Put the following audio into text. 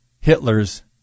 Hitler's